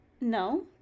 no